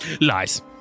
Nice